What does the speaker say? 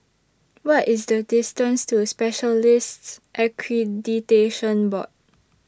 What IS The distance to Specialists Accreditation Board